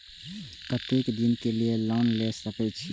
केते दिन के लिए लोन ले सके छिए?